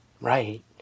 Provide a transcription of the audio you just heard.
Right